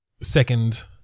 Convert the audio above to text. second